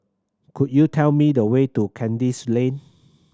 could you tell me the way to Kandis Lane